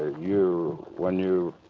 you. when you.